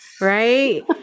right